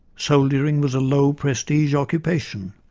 soldiering was a low prestige occupation,